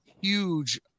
huge